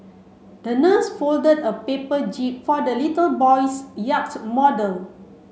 the nurse folded a paper jib for the little boy's yacht model